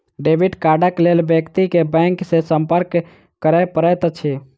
debit कार्डक लेल व्यक्ति के बैंक सॅ संपर्क करय पड़ैत अछि